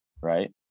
right